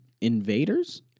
invaders